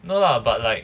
no lah but like